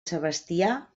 sebastià